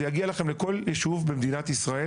זה יגיע לכם לכל ישוב במדינת ישראל,